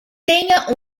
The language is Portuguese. tenha